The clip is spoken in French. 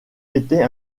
était